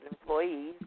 employees